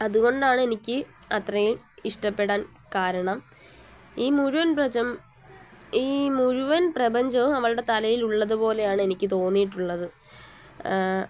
അതുകൊണ്ടാണ് എനിക്ക് അത്രയും ഇഷ്ടപ്പെടാൻ കാരണം ഈ മുഴുവൻ ഈ മുഴുവൻ പ്രപഞ്ചവും അവളുടെ തലയിലുള്ളതുപോലെയാണ് എനിക്ക് തോന്നിയിട്ടുള്ളത്